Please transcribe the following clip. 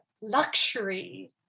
luxury